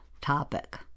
topic